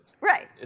Right